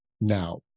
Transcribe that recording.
now